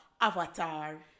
avatar